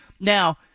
Now